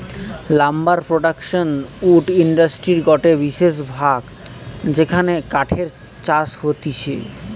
lumber production wood ইন্ডাস্ট্রির গটে বিশেষ ভাগ যেখানে কাঠের চাষ হতিছে